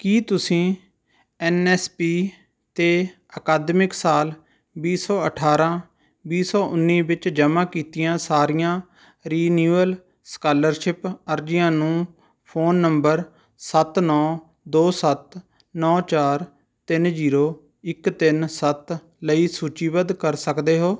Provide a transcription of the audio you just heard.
ਕੀ ਤੁਸੀਂ N S P ਅਤੇ ਅਕਾਦਮਿਕ ਸਾਲ ਵੀਹ ਸੌ ਅਠਾਰਾਂ ਵੀਹ ਸੌ ਉੱਨੀ ਵਿੱਚ ਜਮ੍ਹਾਂ ਕੀਤੀਆਂ ਸਾਰੀਆਂ ਰੀਨਿਊਅਲ ਸਕਾਲਰਸ਼ਿਪ ਅਰਜ਼ੀਆਂ ਨੂੰ ਫੋਨ ਨੰਬਰ ਸੱਤ ਨੌਂ ਦੋ ਸੱਤ ਨੌਂ ਚਾਰ ਤਿੰਨ ਜ਼ੀਰੋ ਇੱਕ ਤਿੰਨ ਸੱਤ ਲਈ ਸੂਚੀਬੱਧ ਕਰ ਸਕਦੇ ਹੋ